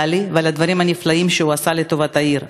לי ועל הדברים הנפלאים שהוא עשה לטובת העיר.